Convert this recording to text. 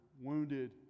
wounded